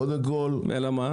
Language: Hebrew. אלא מה?